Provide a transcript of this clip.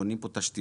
בונים פה תשתיות,